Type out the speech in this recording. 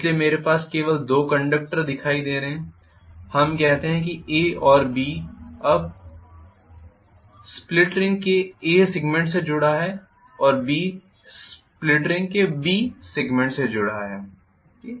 इसलिए मेरे पास केवल दो कंडक्टर दिखाई दे रहे हैं हम कहते हैं कि A और B अब स्प्लिट रिंग के a सेगमेंट से जुड़ा है और B स्प्लिट रिंग के b सेगमेंट से जुड़ा है